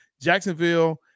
Jacksonville